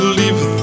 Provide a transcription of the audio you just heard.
leave